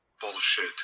bullshit